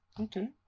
okay